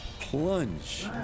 plunge